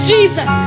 Jesus